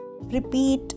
Repeat